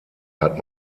hat